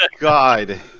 god